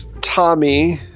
Tommy